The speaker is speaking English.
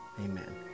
amen